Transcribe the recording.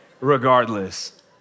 regardless